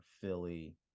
Philly